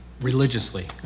religiously